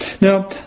Now